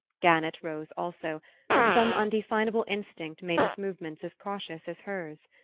gannett rose also but some undefinable instinct made his movements as cautious as hers.